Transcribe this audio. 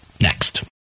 next